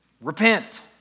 repent